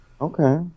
Okay